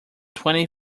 twenty